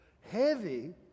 heavy